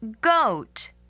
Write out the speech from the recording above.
Goat